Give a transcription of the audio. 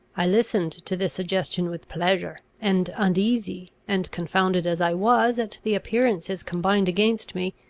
i listened to this suggestion with pleasure and, uneasy and confounded as i was at the appearances combined against me,